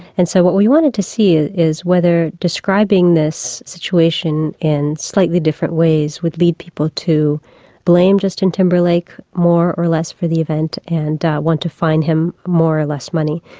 and so what we wanted to see is whether describing this situation in slightly different ways would lead people to blame justin timberlake more or less for the event and want to fine him more or less money.